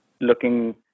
looking